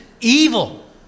evil